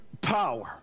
power